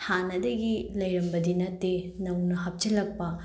ꯍꯥꯟꯅꯗꯒꯤ ꯂꯩꯔꯝꯕꯗꯤ ꯅꯠꯇꯦ ꯅꯧꯅ ꯍꯥꯞꯆꯤꯜꯂꯛꯄ